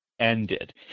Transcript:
ended